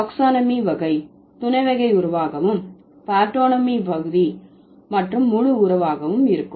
taxonomy வகை துணைவகை உறவாகவும் பார்டோனமி பகுதி மற்றும் முழு உறவாகவும் இருக்கும்